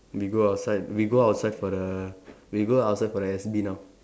we go outside we go outside for the we go outside for the S B now